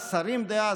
השרים דאז,